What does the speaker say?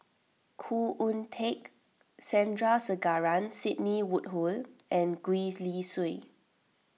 Khoo Oon Teik Sandrasegaran Sidney Woodhull and Gwee Li Sui